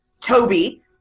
Toby